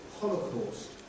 Holocaust